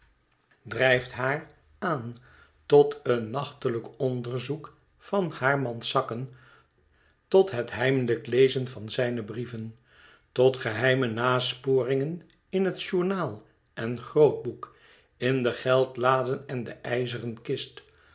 drijft haar aan tot een nachtelijk onderzoek van haar mans zakken tot het heimelijk lezen van zijne brieven tot geheime nasporingen in het journaal en grootboek in de geldladen en de ijzeren kist